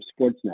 Sportsnet